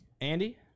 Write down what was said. Andy